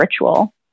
ritual